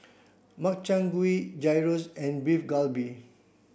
Makchang Gui Gyros and Beef Galbi